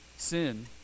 Sin